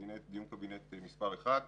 דיון קבינט מס' 1,